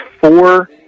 four